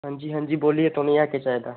जी आं जी बोलियै केह् चाहिदा